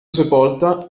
sepolta